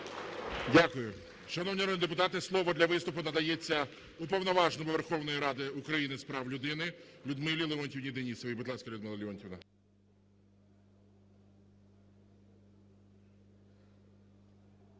Дякую. Шановні народні депутати, слово для виступу надається Уповноваженому Верховної Ради України з прав людини Людмилі Леонтіївні Денисовій. Будь ласка, Людмила Леонтіївна.